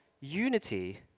unity